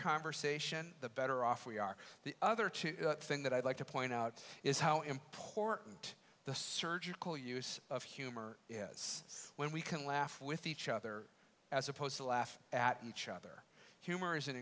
conversation the better off we are the other two thing that i'd like to point out is how important the surgical use of humor is when we can laugh with each other as opposed to laugh at each other humor is an